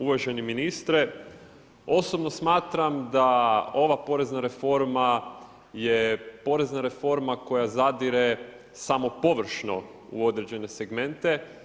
Uvaženi ministre, osobno smatram da ova porezna reforma je porezna reforma koja zadire samo površno u određene segmente.